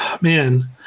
man